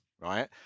right